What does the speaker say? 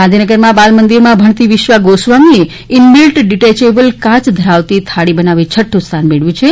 ગાંધીનગરમાં બાલ મંદિરમાં ભણતી વિશ્વા ગોસ્વામીએ ઇનબિલ્ટ ડિટેચેબલ કાંચ ધરાવતી થાળી બનાવી છઠ઼ સ્થાન મેળવ્યું છે